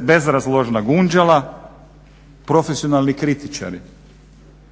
bezrazložna gunđala, profesionalni kritičari.